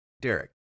Derek